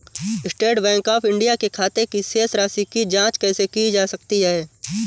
State Bank of India के खाते की शेष राशि की जॉंच कैसे की जा सकती है?